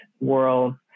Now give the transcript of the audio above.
world